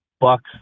bucks